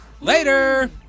Later